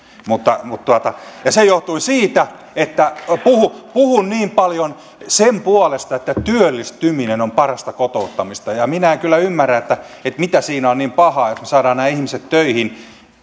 ja se johtui siitä että puhun puhun niin paljon sen puolesta että työllistyminen on parasta kotouttamista minä en kyllä ymmärrä mikä siinä on niin pahaa että me saamme nämä ihmiset töihin